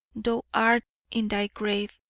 thou art in thy grave,